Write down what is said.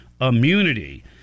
immunity